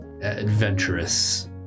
adventurous